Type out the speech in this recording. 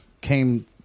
came